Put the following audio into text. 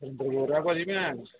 ਸੁਰਿੰਦਰ ਬੋਲ ਰਿਹਾ ਭਾਅ ਜੀ ਮੈਂ